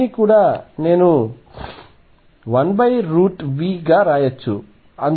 దీనిని కూడా నేను 1V గా రాయవచ్చు